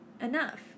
enough